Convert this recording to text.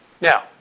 Now